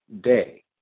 day